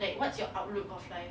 like what's your outlook of life